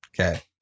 Okay